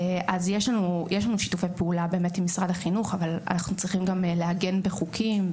יש לנו שיתופי פעולה עם משרד החינוך אבל אנחנו צריכים גם לעגן בחוקים,